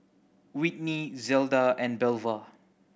Whitney Zelda and Belva